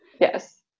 Yes